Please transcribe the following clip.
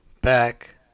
back